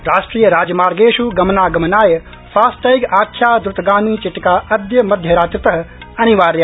राष्ट्रिय राजमार्गेष् गमनागमनाय फास्टैगाख्या द्रुतगामी चिटिका अद्य मध्यरात्रित अनिवार्या